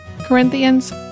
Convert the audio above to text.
Corinthians